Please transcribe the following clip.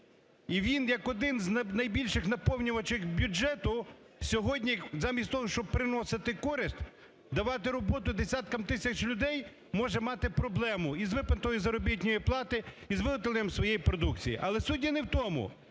і він як один з найбільших наповнювачів бюджету сьогодні замість того, щоб приносити користь, давати роботу десяткам тисяч людей, може мати проблему із виплатою заробітної плати, із виготовленням своєї продукції. Але сьогодні не у тому,